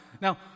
Now